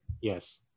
Yes